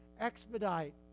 expedite